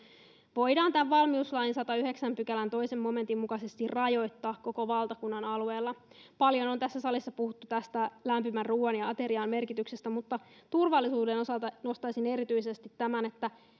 voidaan valmiuslain sadannenyhdeksännen pykälän toisen momentin mukaisesti rajoittaa koko valtakunnan alueella paljon on tässä salissa puhuttu lämpimän ruoan ja aterian merkityksestä mutta turvallisuuden osalta nostaisin erityisesti tämän että